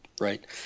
right